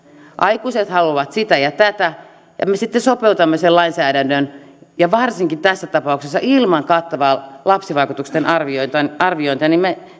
aikuiset haluavat sitä ja tätä ja me sitten sopeutamme sen lainsäädännön ja varsinkin tässä tapauksessa ilman kattavaa lapsivaikutusten arviointia me